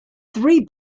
three